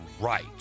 right